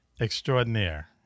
extraordinaire